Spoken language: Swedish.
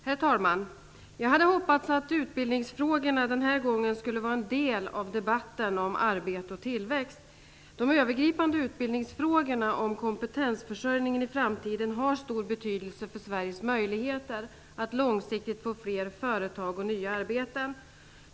Herr talman! Jag hade hoppats att utbildningsfrågorna den här gången skulle vara en del av debatten om arbete och tillväxt. De övergripande utbildningsfrågorna om kompetensförsörjningen i framtiden har stor betydelse för Sveriges möjligheter att långsiktigt få fler företag och nya arbeten.